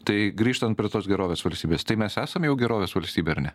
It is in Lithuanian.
tai grįžtant prie tos gerovės valstybės tai mes esam jau gerovės valstybė ar ne